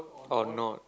oh not